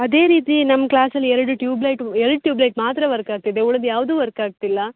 ಅದೇ ರೀತಿ ನಮ್ಮ ಕ್ಲಾಸಲ್ಲಿ ಎರಡು ಟ್ಯೂಬ್ಲೈಟ್ ಎರಡು ಟ್ಯೂಬ್ಲೈಟ್ ಮಾತ್ರ ವರ್ಕ್ ಆಗ್ತಿದೆ ಉಳ್ದ ಯಾವುದೂ ವರ್ಕ್ ಆಗ್ತಿಲ್ಲ